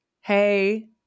Hey